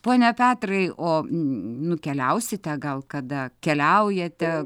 pone petrai o nukeliausite gal kada keliaujate